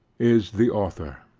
is the author